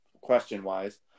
Question-wise